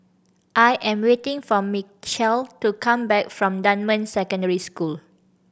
I am waiting for Mechelle to come back from Dunman Secondary School